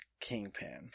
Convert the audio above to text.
Kingpin